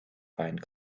find